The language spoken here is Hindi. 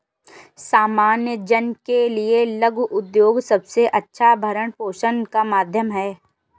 सामान्य जन के लिये लघु उद्योग सबसे अच्छा भरण पोषण का माध्यम है